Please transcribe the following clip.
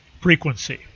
frequency